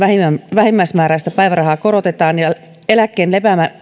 vähimmäismääräistä päivärahaa korotetaan ja eläkkeen